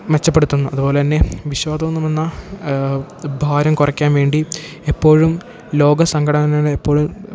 മെച്ചപ്പെടുത്തുന്നു അതുപോലെ തന്നെ വിഷാദമെന്നു വന്നാൽ ഭാരം കുറയ്ക്കാൻ വേണ്ടി എപ്പോഴും ലോക സംഘടനയാണ് എപ്പോഴും